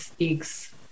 eggs